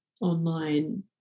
online